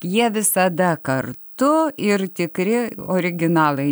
jie visada kartu ir tikri originalai